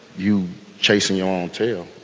you chasing your own tail,